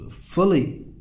fully